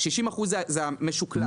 זה המשוקלל.